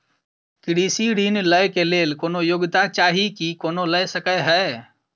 कृषि ऋण लय केँ लेल कोनों योग्यता चाहि की कोनो लय सकै है?